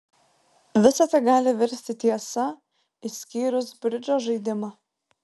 visa tai gali virsti tiesa išskyrus bridžo žaidimą